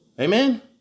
Amen